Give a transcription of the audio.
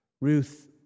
Ruth